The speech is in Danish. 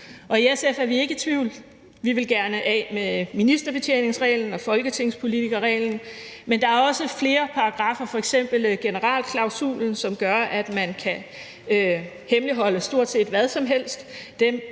I SF er vi ikke i tvivl: Vi vil gerne af med ministerbetjeningsreglen og folketingspolitikerreglen, men der er flere paragraffer, f.eks. generalklausulen, som gør, at man kan hemmeligholde stort set hvad som helst.